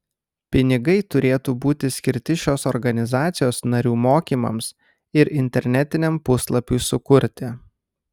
pinigai turėtų būti skirti šios organizacijos narių mokymams ir internetiniam puslapiui sukurti